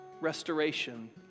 restoration